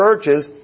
churches